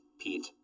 Pete